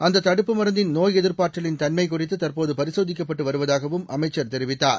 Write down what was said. அந்த தடுப்பு மருந்தின் நோய் எதிர்ப்பாற்றவின் தன்மை குறித்து தற்போது பரிசோதிக்கப்பட்டு வருவதாகவும் அமைச்சர் தெரிவித்தார்